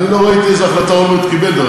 אני לא ראיתי איזה החלטה אולמרט קיבל.